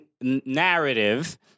narrative